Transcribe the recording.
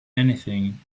anything